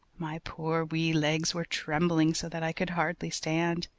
my poor wee legs were trembling so that i could hardly stand.